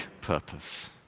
purpose